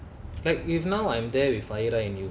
like if now I'm there with fahira and you